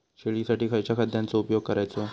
शेळीसाठी खयच्या खाद्यांचो उपयोग करायचो?